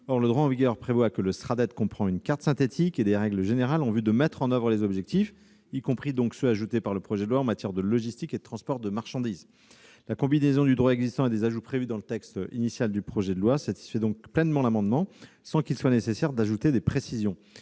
Or le droit en vigueur prévoit que le Sraddet comprend une carte synthétique et des règles générales en vue de mettre en oeuvre les objectifs, y compris ceux ajoutés par le projet de loi en matière de logistique et de transport de marchandises. La combinaison du droit existant et des ajouts prévus par le texte initial du projet de loi satisfait donc pleinement cet amendement, sans qu'il soit nécessaire d'ajouter des précisions.